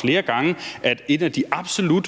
flere gange påpeget, at en af de absolut